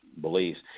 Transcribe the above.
beliefs